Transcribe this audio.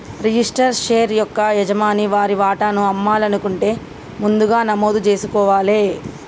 registered share యొక్క యజమాని వారి వాటాను అమ్మాలనుకుంటే ముందుగా నమోదు జేసుకోవాలే